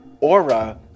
aura